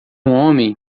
homem